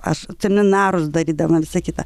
aš seminarus darydama visa kita